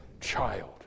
child